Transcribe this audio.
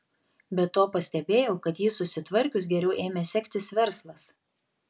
be to pastebėjau kad jį susitvarkius geriau ėmė sektis verslas